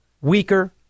weaker